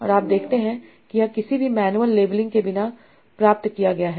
और आप देखते हैं कि यह किसी भी मैनुअल लेबलिंग के बिना प्राप्त किया गया था